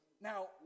Now